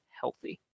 healthy